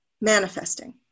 manifesting